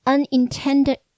Unintended